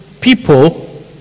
people